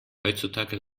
heutzutage